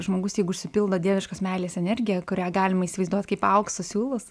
žmogus jei užsipildo dieviškos meilės energija kurią galima įsivaizduot kaip aukso siūlus